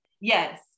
Yes